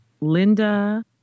Linda